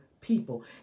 people